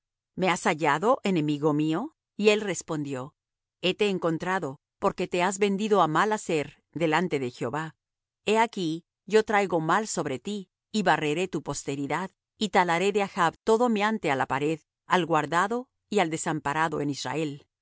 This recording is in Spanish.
me has hallado enemigo mío y él respondió hete encontrado porque te has vendido á mal hacer delante de jehová he aquí yo traigo mal sobre ti y barreré tu posteridad y talaré de achb todo meante á la pared al guardado y al desamparado en israel